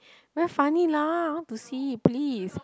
very funny lah I want to see please